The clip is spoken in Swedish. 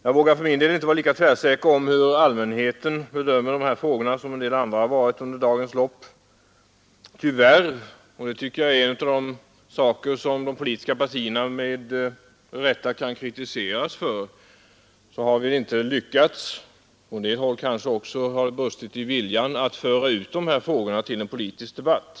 Jag vågar för min del inte vara lika tvärsäker på hur allmänheten bedömer dessa frågor som en del andra har varit under dagens lopp. Tyvärr — och det tycker jag är en av de saker som de politiska partierna med rätta kan kritiseras för, och hos en del har det kanske också brustit i fråga om viljan — har vi inte lyckats föra ut dessa frågor till en politisk debatt.